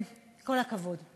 כל הכבוד.